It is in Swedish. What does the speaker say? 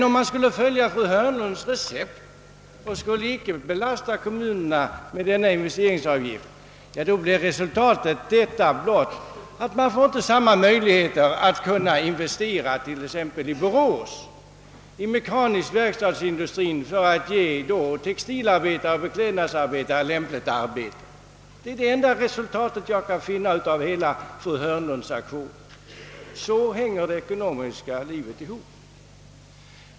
Om man skulle följa fru Hörnlunds recept och inte belasta kommunerna med denna investeringsavgift, då blir resultatet att man inte får samma möjlighet att investera, t.ex. i Borås i en mekanisk verkstadsindustri för att ge textilarbetare och beklädnadsarbetare lämpligt arbete. Det är det enda resultat jag kan finna av fru Hörnlunds hela aktion. Så hänger det ekonomiska livet ihop!